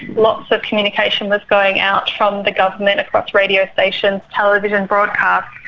lots of communication was going out from the government, across radio stations, television broadcasts,